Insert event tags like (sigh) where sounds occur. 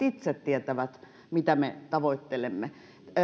(unintelligible) itse tietävät mitä me tavoittelemme